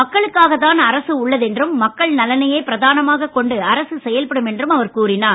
மக்களுக்காகத்தான் அரசு உள்ளது என்றும் மக்கள் நலனையே பிரதானமாகக் கொண்டு அரசு செயல்படும் என்றும் அவர் கூறினார்